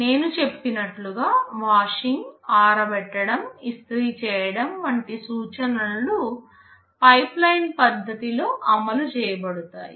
నేను చెప్పినట్లుగా వాషింగ్ ఆరబెట్టడం ఇస్త్రీ చేయడం వంటి సూచనలు పైప్లైన్ పద్ధతిలో అమలు చేయబడతాయి